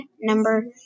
number